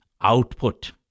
output